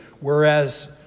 whereas